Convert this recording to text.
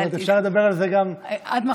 אפשר לדבר על זה גם, אל תדאג, אל תדאג, אל תדאג.